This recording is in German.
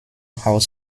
haus